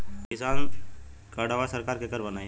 किसान कार्डवा सरकार केकर बनाई?